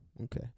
Okay